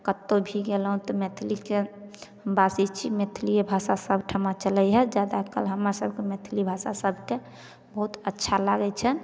कतहु भी गेलहुँ तऽ मैथिलीके हम वासी छी मैथिलिए भाषा सबठाम चलै हइ जादा काल हमरासभकेँ मैथिली भाषा सभकेँ बहुत अच्छा लागै छनि